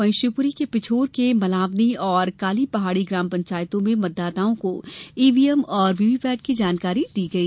वहीं शिवपुरी के पिछोर के मल्हावनी और काली पहाडी ग्राम पंचायतों में मतदाताओं को ईवीएम और वीवीपैट की जानकारी दी गई